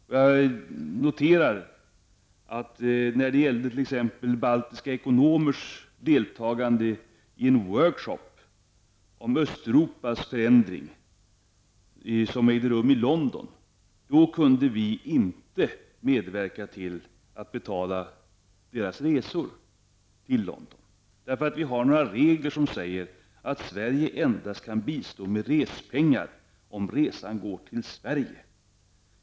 Jag noterar att när det t.ex. gällde baltiska ekonomers deltagande i en ''workshop'' i London om Östeuropas förändring, kunde vi inte medverka till att betala deras resor till London. Vi har nämligen en regel som säger, att Sverige endast kan bistå med respengar om resan går till Sverige.